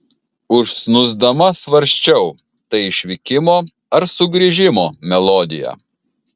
užsnūsdama svarsčiau tai išvykimo ar sugrįžimo melodija